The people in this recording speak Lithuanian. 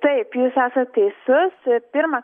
taip jūs esat teisus pirmą